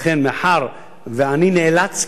ולכן מאחר שעני נאלץ,